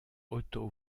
otto